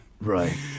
right